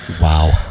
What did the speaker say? wow